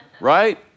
right